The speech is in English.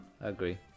agree